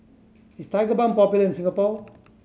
is Tigerbalm popular in Singapore